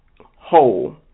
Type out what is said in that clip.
whole